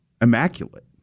immaculate